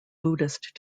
buddhist